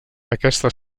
aquesta